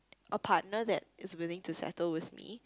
a partner that is willing to settle with me